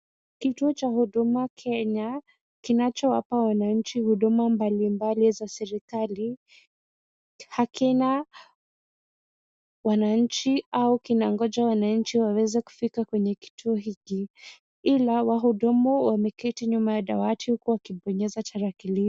Kituo cha huduma Kenya kinachowapa wananchi huduma mbalimbali za serikali, hakina wananchi au kinangoja wananchi waweze kufika kwenye kituo hiki, ila wahudumu wameketi nyuma ya dawati huku wakibonyeza tarakilishi.